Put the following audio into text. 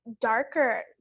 darker